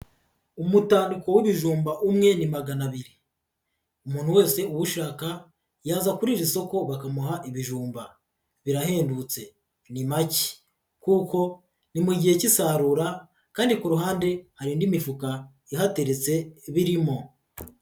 Umutandiko w'ibijumba umwe ni magana abiri. Umuntu wese ubishaka yaza kuri iri soko bakamuha ibijumba, birahendutse ni make, kuko ni mu gihe k'isarura kandi ku ruhande hari indi mifuka ihateretse birimo.